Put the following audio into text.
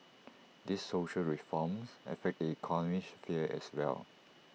these social reforms affect the economic sphere as well